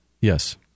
Yes